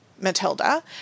Matilda